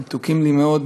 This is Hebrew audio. המתוקים לי מאוד,